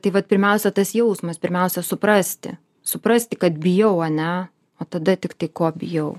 tai vat pirmiausia tas jausmas pirmiausia suprasti suprasti kad bijau ane o tada tiktai ko bijau